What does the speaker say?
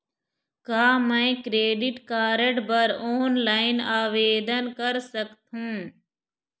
का मैं credit card बर ऑनलाइन आवेदन कर सकथों?